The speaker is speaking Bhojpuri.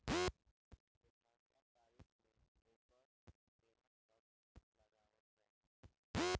दोसरका तरीका में ओकर घेरा सब लगावल जाला